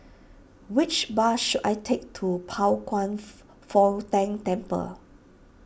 which bus should I take to Pao Kwan Foh Tang Temple